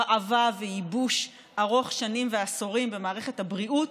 הרעבה וייבוש ארוך שנים ועשורים במערכת הבריאות,